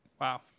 Wow